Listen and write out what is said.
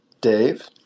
Dave